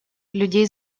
людей